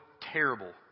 terrible